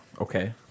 Okay